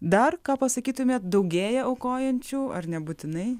dar ką pasakytumėt daugėja aukojančių ar nebūtinai